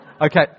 okay